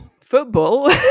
Football